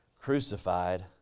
crucified